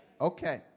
Okay